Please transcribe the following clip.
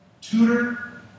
tutor